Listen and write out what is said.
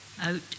out